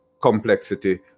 complexity